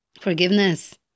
forgiveness